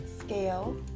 scale